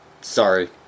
sorry